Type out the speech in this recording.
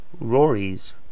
Rory's